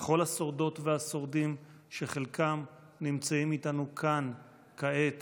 לכל השורדות והשורדים, שחלקם נמצאים איתנו כאן כעת